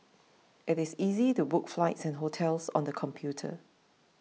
it is easy to book flights and hotels on the computer